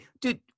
Dude